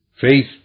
Faith